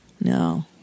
No